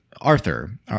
Arthur